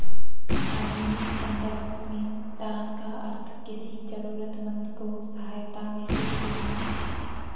आधुनिक सन्दर्भों में दान का अर्थ किसी जरूरतमन्द को सहायता में कुछ देना है